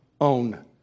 own